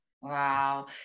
wow